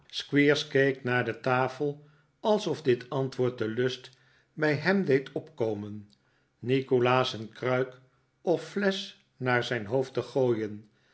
squeers keek naar de tafel alsof dit antwoord de lust bij hem deed opkomen nikolaas een kruik of flesch naar zijn hoofd te gooien